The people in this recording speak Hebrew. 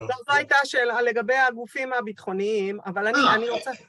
זו לא הייתה של לגבי הגופים הביטחוניים, אבל אני רוצה...